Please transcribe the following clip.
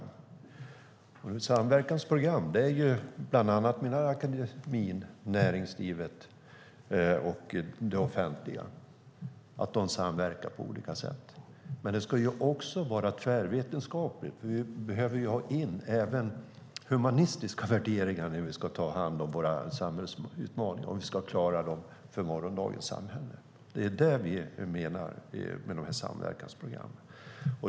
Det handlar om samverkansprogram där bland andra akademin, näringslivet och det offentliga samverkar på olika sätt. Men det ska också vara tvärvetenskapligt. Vi behöver ha in även humanistiska värderingar när vi ska ta itu med våra samhällsutmaningar om vi ska klara av dem för morgondagens samhälle. Det är det som vi menar med dessa samverkansprogram.